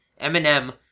Eminem